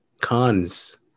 cons